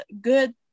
good